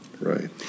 Right